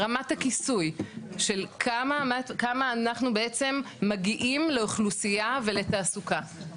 רמת הכיסוי של כמה אנחנו בעצם מגיעים לאוכלוסייה ולתעסוקה,